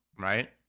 right